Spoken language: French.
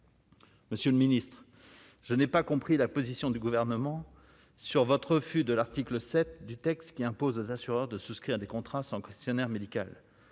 Monsieur le Ministre, je n'ai pas compris la position du gouvernement sur votre refus de l'article 7 du texte qui impose aux assureurs de souscrire des contrats sans questionnaire médical